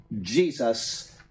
Jesus